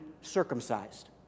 circumcised